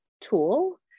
tool